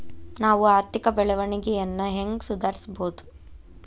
ನಾವು ಆರ್ಥಿಕ ಬೆಳವಣಿಗೆಯನ್ನ ಹೆಂಗ್ ಸುಧಾರಿಸ್ಬಹುದ್?